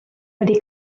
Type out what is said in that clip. wedi